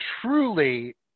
truly